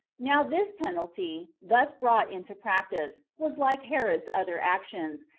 now this penalty, thus brought into practice, was like herod's other actions,